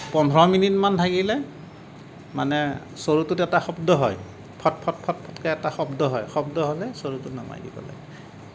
পোন্ধৰ মিনিট মান থাকিলে মানে চৰুটোত এটা শব্দ হয় ফট্ ফট্ ফট্কৈ এটা শব্দ হয় শব্দ হ'লে চৰুটো নমাই দিব লাগে